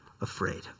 afraid